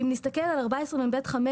אם נסתכל על 14מג5(א),